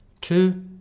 Two